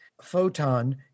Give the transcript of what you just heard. photon